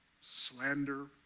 slander